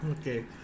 Okay